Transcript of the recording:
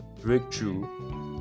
breakthrough